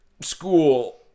school